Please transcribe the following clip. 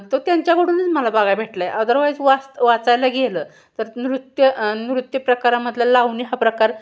तो त्यांच्याकडूनच मला बागाय भेटला आहे अदरवाईज वाच वाचायला गेलं तर नृत्य नृत्यप्रकारामधला लावणी हा प्रकार